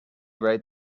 write